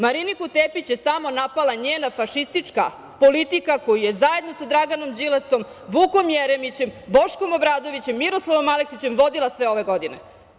Mariniku Tepić je samo napala njena fašistička politika, koju je zajedno sa Draganom Đilasom, Vukom Jeremićem, Boškom Obradovićem, Miroslavom Aleksićem, vodila sve ove godine.